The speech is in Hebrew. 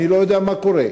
אני לא יודע מה קורה.